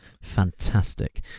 fantastic